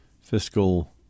fiscal